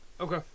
Okay